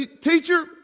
Teacher